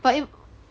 but if